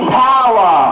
power